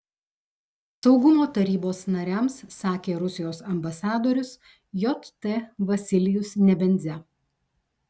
saugumo tarybos nariams sakė rusijos ambasadorius jt vasilijus nebenzia